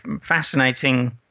fascinating